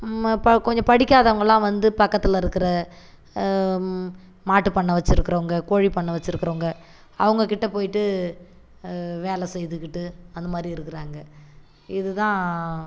ம ப கொஞ்சம் படிக்கதவங்கள்லாம் வந்து பக்கத்தில் இருக்கிற மாட்டுப் பண்ண வச்சுருக்கிறவங்க கோழிப் பண்ண வச்சுருக்கிறவங்க அவங்ககிட்ட போயிவிட்டு வேலை செய்துகிட்டு அந்த மாரி இருக்கிறாங்க இது தான்